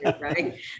right